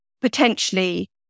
potentially